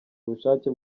ubushake